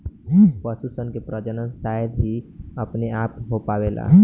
पशु सन के प्रजनन शायद ही अपने आप हो पावेला